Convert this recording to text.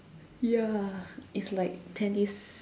ya it's like tennis